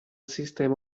sistema